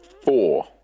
Four